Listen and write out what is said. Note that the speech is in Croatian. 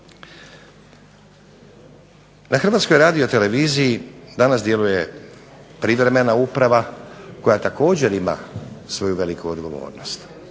Na Hrvatskoj radioteleviziji danas djeluje privremena uprava, koja također ima svoju veliku odgovornost.